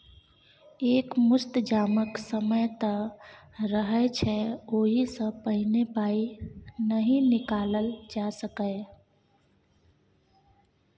एक मुस्त जमाक समय तय रहय छै ओहि सँ पहिने पाइ नहि निकालल जा सकैए